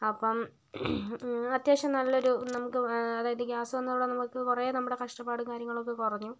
അപ്പം അത്യാവശ്യം നല്ലൊരു നമുക്ക് അതായത് ഗ്യാസ് ഒന്നും ഇവിടെ നമുക്ക് കുറേ നമ്മുടെ കഷ്ടപ്പാടും കാര്യങ്ങളും ഒക്കെ കുറഞ്ഞു